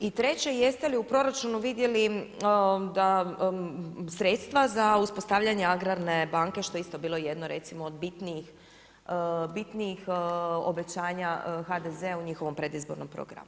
I treće, jeste li u proračunu vidjeli da sredstva za uspostavljanje Agrarne banke što je isto bilo jedno recimo od bitnijih obećanja HDZ-a u njihovom predizbornom programu.